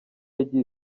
yagiye